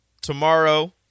Tomorrow